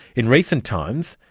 in recent times,